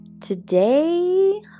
Today